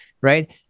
right